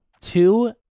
two